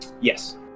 Yes